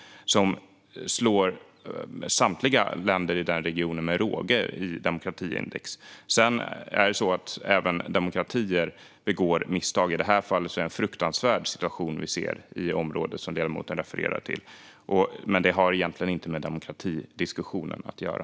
Landet slår samtliga länder i regionen med råge vad gäller demokratiindex. Sedan är det så att även demokratier begår misstag, och i det här fallet är det en fruktansvärd situation vi ser i området, vilket ledamoten refererade till. Men det har egentligen inte med demokratidiskussionen att göra.